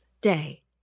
day